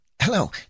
hello